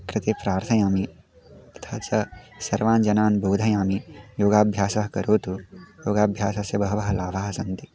कृते प्रार्थयामि तथा च सर्वान् जनान् बोधयामि योगाभ्यासः करोतु योगाभ्यासस्य बहवः लाभाः सन्ति